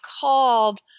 called